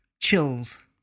chills